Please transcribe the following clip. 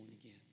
again